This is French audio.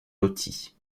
loties